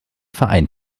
verein